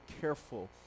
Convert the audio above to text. careful